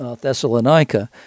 Thessalonica